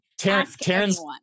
Taryn